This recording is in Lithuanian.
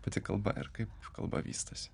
pati kalba ir kaip kalba vystosi